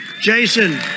Jason